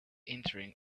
entering